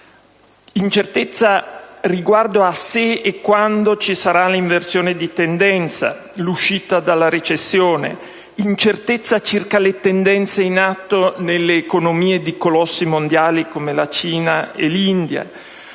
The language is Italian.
incertezza riguardo a se e quando ci sarà l'inversione di tendenza, l'uscita dalla recessione; incertezza circa le tendenze in atto nelle economie di colossi mondiali come la Cina e l'India;